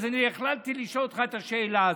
אז אני החלטתי לשאול אותך את השאלה הזאת.